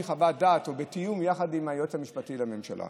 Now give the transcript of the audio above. חוות דעת או בתיאום עם היועץ המשפטי לממשלה.